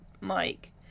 Mike